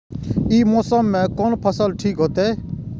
ई मौसम में कोन फसल ठीक होते?